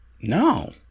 No